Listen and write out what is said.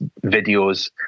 videos